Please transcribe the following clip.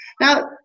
Now